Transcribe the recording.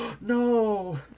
no